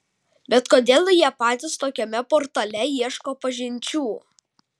bet kodėl jie patys tokiame portale ieško pažinčių